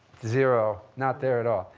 zero, not there at all.